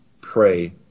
pray